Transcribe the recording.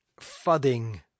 fudding